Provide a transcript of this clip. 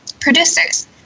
producers